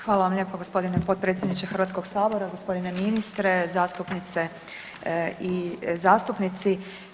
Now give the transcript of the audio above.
Hvala vam lijepa gospodine potpredsjedniče Hrvatskog sabora, gospodine ministre, zastupnice i zastupnici.